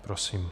Prosím.